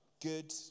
good